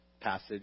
passage